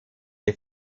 die